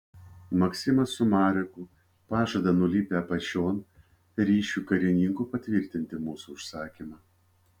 maksimas su mareku pažada nulipę apačion ryšių karininkui patvirtinti mūsų užsakymą